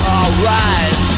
Alright